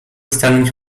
stanąć